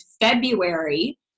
February